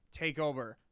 Takeover